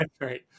right